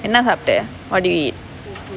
என்ன சாப்ட:enna saapta what did you eat